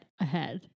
ahead